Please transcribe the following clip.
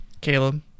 Caleb